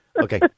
Okay